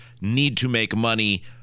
need-to-make-money